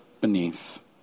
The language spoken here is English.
beneath